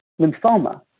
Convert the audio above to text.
lymphoma